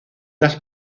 las